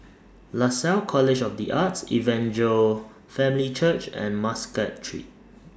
Lasalle College of The Arts Evangel Family Church and Muscat Street